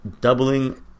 doubling